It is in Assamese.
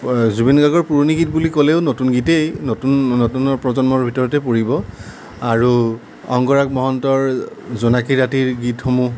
জুবিন গাৰ্গৰ পুৰণি গীত বুলি ক'লেও নতুন গীতেই নতুন নতুনৰ প্ৰজন্মৰ ভিতৰতেই পৰিব আৰু অংগৰাগ মহন্তৰ জোনাকী ৰাতিৰ গীতসমূহ